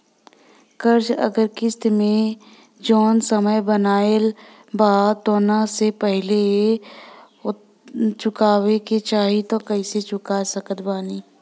कर्जा अगर किश्त मे जऊन समय बनहाएल बा ओतना से पहिले चुकावे के चाहीं त कइसे चुका सकत बानी?